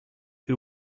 who